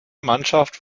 mannschaft